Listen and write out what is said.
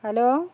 hello